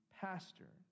pastor